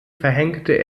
verhängte